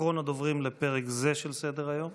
אחרון הדוברים לפרק זה של סדר-היום.